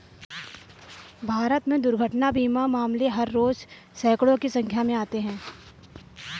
भारत में दुर्घटना बीमा मामले हर रोज़ सैंकडों की संख्या में आते हैं